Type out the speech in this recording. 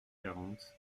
quarante